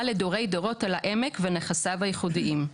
לדורי דורות על העמק ונכסיו הייחודיים.